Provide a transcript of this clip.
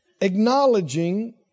acknowledging